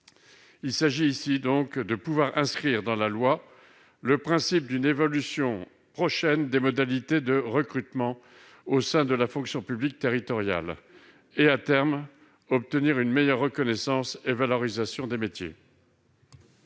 Nous proposons donc d'inscrire dans la loi le principe d'une évolution prochaine des modalités de recrutement au sein de la fonction publique territoriale, en vue d'obtenir à terme une meilleure reconnaissance et valorisation des métiers.